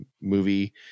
movie